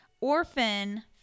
Orphan